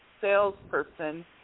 Salesperson